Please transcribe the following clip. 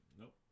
Nope